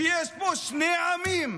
שיש פה שני עמים.